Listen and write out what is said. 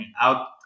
out